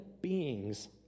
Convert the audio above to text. beings